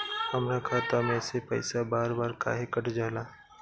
हमरा खाता में से पइसा बार बार काहे कट जाला?